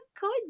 good